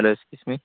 hello excuse me